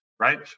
Right